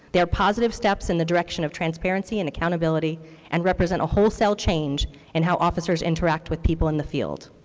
they are positive steps in the direction of transparency and accountability and represent a wholesale change in and how officers interact with people in the field.